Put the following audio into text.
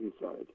inside